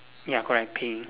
ya correct pink